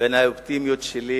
בין האופטימיות שלי